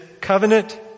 covenant